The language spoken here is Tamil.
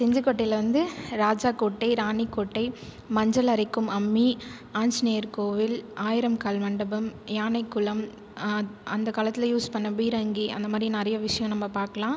செஞ்சிக்கோட்டையில் வந்து ராஜா கோட்டை ராணி கோட்டை மஞ்சளறைக்கும் அம்மி ஆஞ்நேயர் கோயில் ஆயிரம் கால் மண்டபம் யானைக்குளம் அந்த காலத்தில் யூஸ் பண்ணிண பீரங்கி அந்த மாதிரி நிறைய விஷயம் நம்ப பார்க்கலாம்